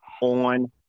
on